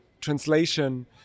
translation